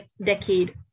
decade